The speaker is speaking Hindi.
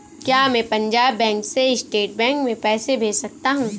क्या मैं पंजाब बैंक से स्टेट बैंक में पैसे भेज सकता हूँ?